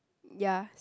ya